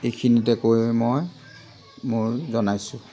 এইখিনিকে কৈ মই মোৰ জনাইছোঁ